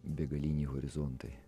begaliniai horizontai